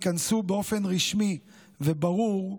ייכנסו באופן רשמי וברור,